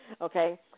Okay